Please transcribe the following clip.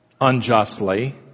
unjustly